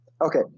Okay